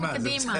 מקדימה.